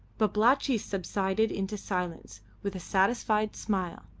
babalatchi subsided into silence with a satisfied smile,